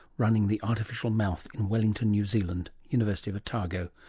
running the artificial mouth in wellington, new zealand, university of otago.